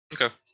okay